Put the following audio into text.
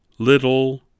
Little